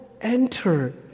enter